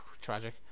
tragic